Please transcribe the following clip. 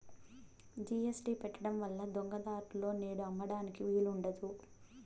GST పెట్టడం వల్ల దొంగ దారులలో నేడు అమ్మడానికి వీలు ఉండదు